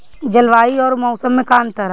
जलवायु अउर मौसम में का अंतर ह?